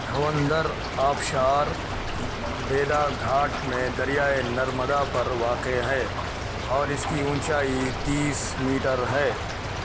دھوندھر آبشار بیدا گھاٹ میں دریائے نرمدا پر واقع ہے اور اس کی اونچائی تیس میٹر ہے